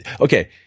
Okay